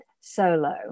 solo